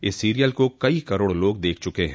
इस सीरियल को कई करोड़ लोग देख चुके हैं